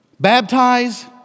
Baptize